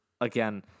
again